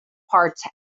parts